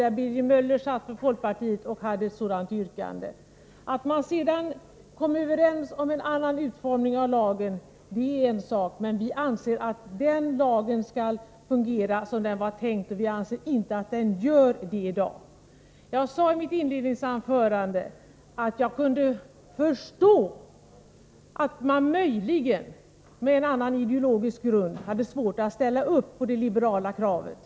Det var Birger Möller från vårt parti som ställde ett sådant yrkande. Att man sedan kom överens om en annan utformning av lagen är en sak för sig. Men vi anser att lagen skall fungera som den var tänkt att fungera, och det gör den enligt vår mening inte i dag. Jag sade i mitt inledningsanförande att jag kunde förstå att den som hade en annan ideologisk grund än vi möjligen hade svårt för att ställa sig bakom det liberala kravet.